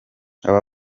aba